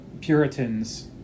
Puritans